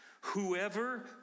Whoever